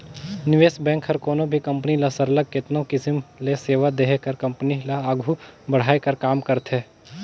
निवेस बेंक हर कोनो भी कंपनी ल सरलग केतनो किसिम ले सेवा देहे कर कंपनी ल आघु बढ़ाए कर काम करथे